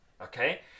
Okay